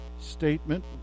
statement